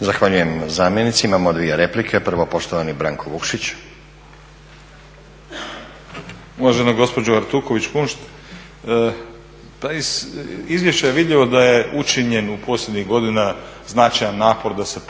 Zahvaljujem zamjenici. Imamo dvije replike. Prvo poštovani Branko Vukšić. **Vukšić, Branko (Nezavisni)** Uvažena gospođo Artuković Kunšt, pa iz izvješća je vidljivo da je učinjen u posljednjih godina značajan napor da se